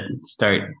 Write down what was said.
Start